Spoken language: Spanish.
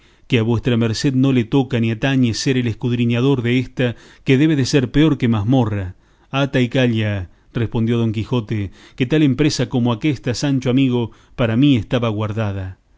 que a vuestra merced no le toca ni atañe ser el escudriñador desta que debe de ser peor que mazmorra ata y calla respondió don quijote que tal empresa como aquésta sancho amigo para mí estaba guardada